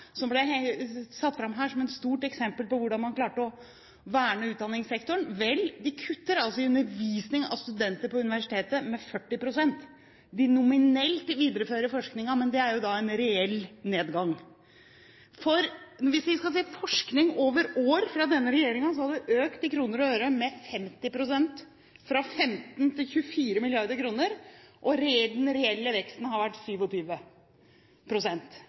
som ble tatt fram her som et godt eksempel på hvordan man klarte å verne utdanningssektoren. Vel, de kutter altså i undervisning av studenter på universitetene med 40 pst. De vil nominelt videreføre forskningen, men det er en reell nedgang. Hvis vi skal se bevilgningene til forskning fra denne regjeringen over år, har vi økt i kroner og ører med 50 pst., fra 15 mrd. kr til 24 mrd. kr, og den reelle veksten har vært